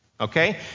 Okay